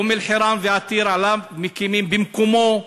אום-אלחיראן ועתיר, עליו מקימים, במקומו,